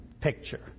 picture